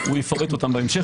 הוא יפרט אותם בהמשך,